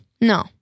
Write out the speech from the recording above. No